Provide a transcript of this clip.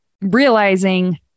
realizing